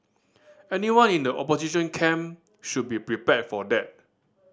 anyone in the opposition camp should be prepared for that